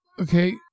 Okay